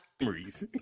Memories